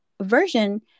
version